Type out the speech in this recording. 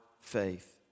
faith